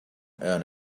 earn